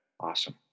Awesome